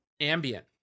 ambient